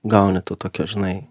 gauni to tokio žinai